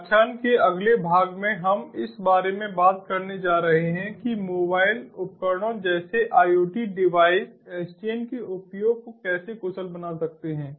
व्याख्यान के अगले भाग में हम इस बारे में बात करने जा रहे हैं कि मोबाइल उपकरणों जैसे IoT डिवाइस SDN के उपयोग को कैसे कुशल बना सकते हैं